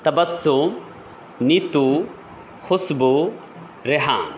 Tabassum Neetu Khushboo Rehan